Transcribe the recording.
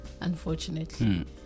Unfortunately